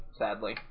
sadly